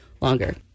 longer